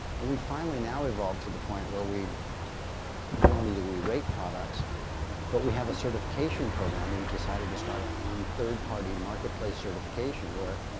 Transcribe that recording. and we finally now evolve to the point where we not only do we rate products but we have a certification program. we decided to start our own third-party marketplace certification where.